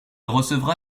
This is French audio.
recevra